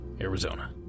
Arizona